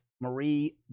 Marie